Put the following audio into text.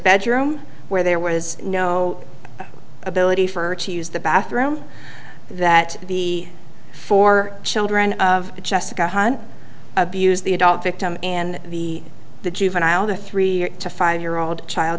bedroom where there was no ability for her to use the bathroom that the four children of jessica hahn abuse the adult victim and the the juvenile the three to five year old child